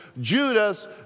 Judas